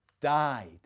died